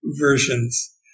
versions